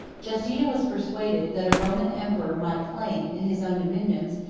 justina was persuaded, that a roman emperor might claim, in his own dominions,